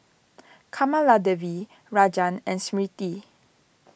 Kamaladevi Rajan and Smriti